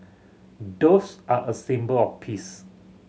doves are a symbol of peace